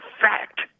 fact